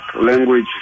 Language